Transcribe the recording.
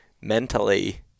mentally